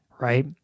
right